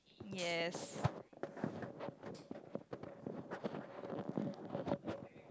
yes